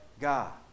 God